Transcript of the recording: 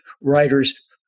writers